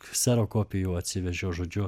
kserokopijų atsivežiau žodžiu